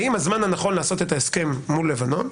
האם הזמן הנכון לעשות את ההסכם מול לבנון,